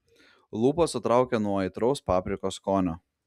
lūpas sutraukė nuo aitraus paprikos skonio